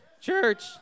church